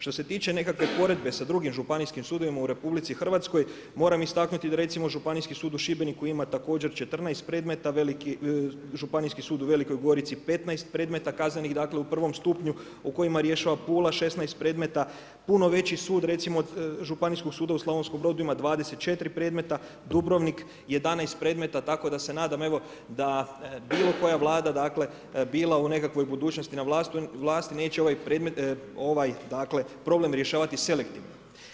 Što se tiče nekakve poredbe sa drugim županijskim sudovima u RH moram istaknuti da recimo Županijski sud u Šibeniku ima također 14 predmeta, Županijski sud u Velikoj Gorici 15 predmeta kaznenih u prvom stupnju u kojima rješava, Pula 16 predmeta, puno veći su od Županijskog suda u Slavonskom Brodu ima 24 predmeta, Dubrovnik 11 predmeta tako da se nadam da bilo koja vlada bila u nekoj budućnosti na vlasti neće ovaj problem rješavati selektivno.